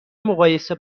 مقایسه